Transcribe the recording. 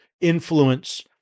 influence